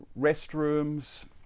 restrooms